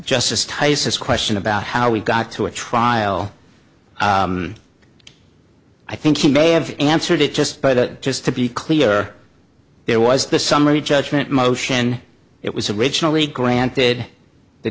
justice tice's question about how we got to a trial i think you may have answered it just by the just to be clear there was the summary judgment motion it was originally granted the